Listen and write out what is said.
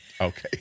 Okay